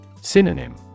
Synonym